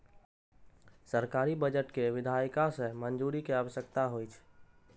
सरकारी बजट कें विधायिका सं मंजूरी के आवश्यकता होइ छै